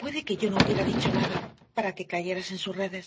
puede que yo no hubiera dicho nada para que cayeras en sus redes